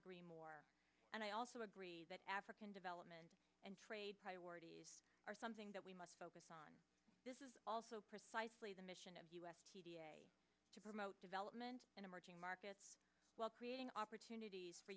agree more and i also agree that african development and trade priorities are something that we must focus on this is also precisely the mission of us to promote development in emerging markets while creating opportunities for